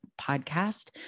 podcast